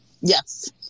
yes